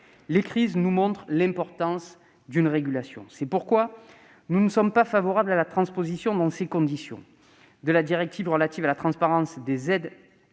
Les crises nous montrent l'importance d'une régulation. C'est pourquoi nous ne sommes pas favorables à la transposition, dans ces conditions, des dispositions européennes relatives à la transparence des aides